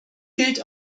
gilt